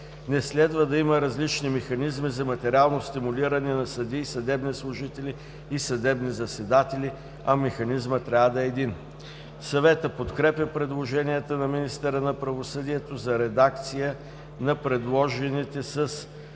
Не следва да има различни механизми за материално стимулиране на съдии, съдебни служители и съдебни заседатели, а механизмът трябва да е един. Съветът подкрепя предложенията на министъра на правосъдието за редакция на предложените